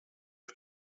ett